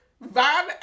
Van